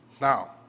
now